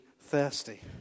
thirsty